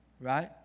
right